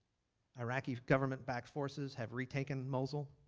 iraqi government backed forces have re-taken mosul.